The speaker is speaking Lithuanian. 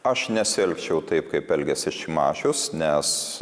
aš nesielgčiau taip kaip elgėsi šimašius nes